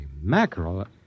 mackerel